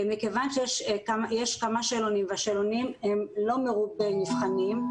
מכיוון שיש כמה שאלונים והשאלונים הם לא מרובי מבחנים,